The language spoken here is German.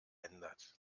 ändert